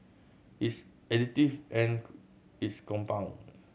it's additive and its compound